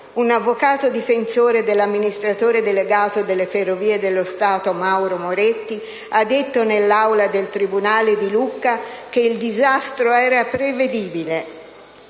Un avvocato difensore dell'amministratore delegato delle Ferrovie dello Stato, Mauro Moretti, ha detto nell'aula del tribunale di Lucca che il disastro era prevedibile